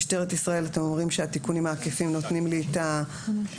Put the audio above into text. משטרת ישראל אתם אומרים שהתיקונים העקיפים נותנים לי את זה,